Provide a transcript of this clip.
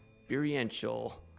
experiential